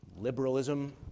liberalism